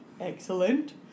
Excellent